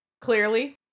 clearly